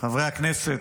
חברי הכנסת,